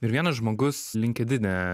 ir vienas žmogus linkedine